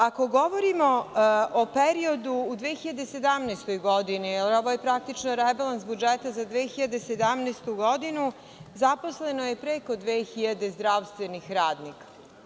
Ako govorimo o periodu u 2017. godini, jer ovo je praktično rebalans budžeta za 2017. godinu, zaposleno je preko 2.000 zdravstvenih radnika.